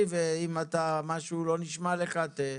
ואם משהו לא נשמע לך,